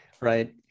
right